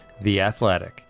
theathletic